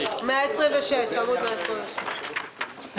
הצבעה בעד רוב נגד נמנעים פניות מס' 443 444 אושרו.